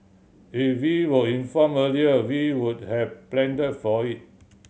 if we were informed earlier we would have planned for it